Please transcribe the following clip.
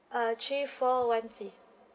uh three four one Z